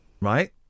right